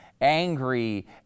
angry